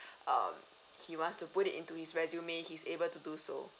um he wants to put into his resume he's able to do so